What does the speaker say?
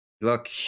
look